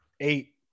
eight